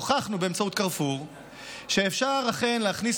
הוכחנו באמצעות קרפור שאכן אפשר להכניס